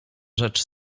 rzecz